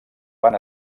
van